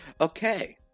Okay